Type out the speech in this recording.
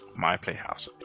my playhouse.